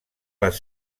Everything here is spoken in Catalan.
les